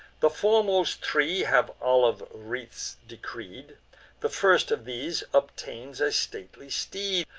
the foremost three have olive wreaths decreed the first of these obtains a stately steed,